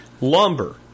lumber